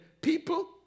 people